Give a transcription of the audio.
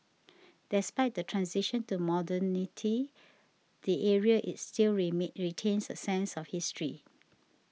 despite the transition to modernity the area is still remain retains a sense of history